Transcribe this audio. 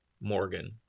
Morgan